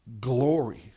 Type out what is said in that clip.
glory